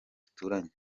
duturanye